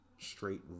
Straight